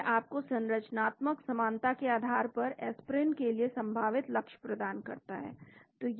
तो यह आपको संरचनात्मक समानता के आधार पर एस्पिरिन के लिए संभावित लक्ष्य प्रदान करता है